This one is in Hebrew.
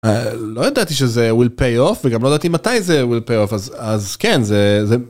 אה, לא ידעתי שזה will pay off וגם לא ידעתי מתי זה will pay off אז, אז כן זה, זה...